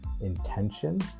intention